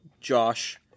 Josh